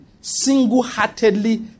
single-heartedly